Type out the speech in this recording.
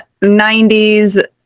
90s